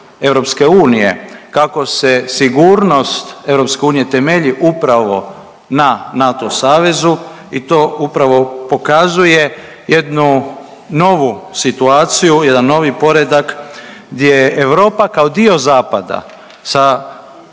kompasu EU kako se sigurnost EU temelji upravo na NATO savezu i to upravo pokazuje jednu novu situaciju, jedan novi poredak gdje Europa kao dio zapada sa